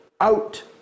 out